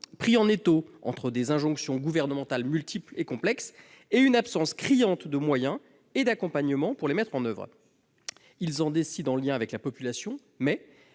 pris en étau entre des injonctions gouvernementales multiples et complexes et une absence criante de moyens et d'accompagnement pour les mettre en oeuvre, s'interrogent sur l'opportunité